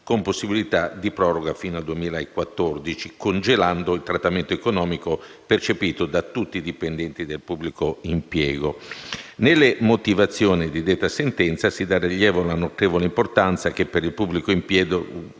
con possibilità di proroga fino al 2014, congelando il trattamento economico percepito da tutti i dipendenti del pubblico impiego. Nelle motivazioni di detta sentenza si dà rilievo alla notevole importanza che per il pubblico impiego